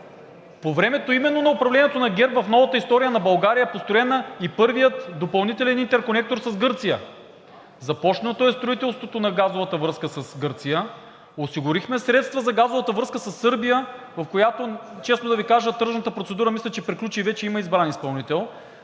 По времето именно на управлението на ГЕРБ в новата история на България е построен и първият допълнителен интерконектор с Гърция, започнато е строителството на газовата връзка с Гърция, осигурихме средства за газовата връзка със Сърбия, в която, честно да Ви кажа, тръжната процедура мисля, че приключи и вече има избран изпълнител,